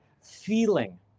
feeling